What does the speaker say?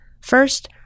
First